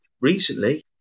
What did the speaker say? recently